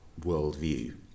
worldview